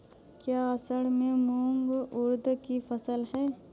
क्या असड़ में मूंग उर्द कि फसल है?